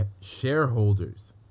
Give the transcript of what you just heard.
shareholders